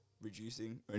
reducing